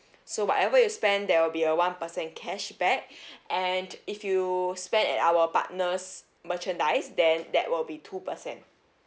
so whatever you spend there will be a one percent cashback and if you spend at our partners merchandise then that will be two percent